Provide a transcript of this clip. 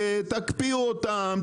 תקפיאו אותם,